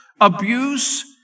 abuse